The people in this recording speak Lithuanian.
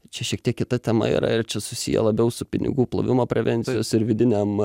čia šiek tiek kita tema yra ir čia susiję labiau su pinigų plovimo prevencijos ir vidinėm